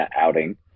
outing